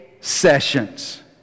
sessions